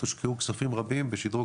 הושקעו כספים רבים בשדרוג,